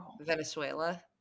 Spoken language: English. Venezuela